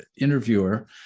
interviewer